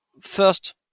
first